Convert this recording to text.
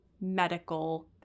medical